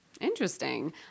Interesting